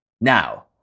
Now